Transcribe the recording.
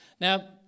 Now